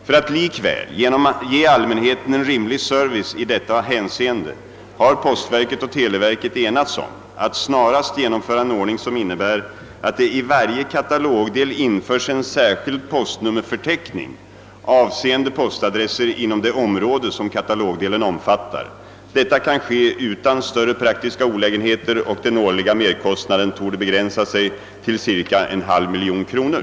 För att likväl ge allmänheten en rimlig service i detta hänseende har postverket och televerket enats om att snarast genomföra en ordning, som innebär att det i varje katalogdel införs en särskild postnummerförteckning avseende postadresser inom det område, som katalogdelen omfattar. Detta kan ske utan större praktiska olägenheter, och den årliga merkostnaden torde begränsa sig till cirka !/2 miljon kronor.